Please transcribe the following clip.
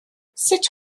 sut